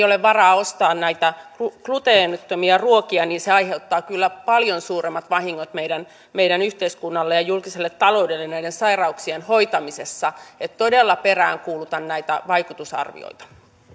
ole varaa ostaa näitä gluteenittomia ruokia niin se aiheuttaa kyllä paljon suuremmat vahingot meidän meidän yhteiskunnalle ja julkiselle taloudelle näiden sairauksien hoitamisessa että todella peräänkuulutan näitä vaikutusarvioita